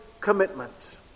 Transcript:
commitment